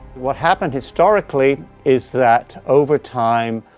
what happened historically is that over time,